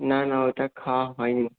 না না ওটা খাওয়া হয় নি